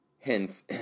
hence